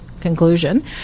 conclusion